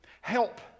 Help